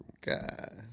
God